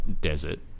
desert